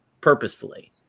purposefully